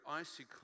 icy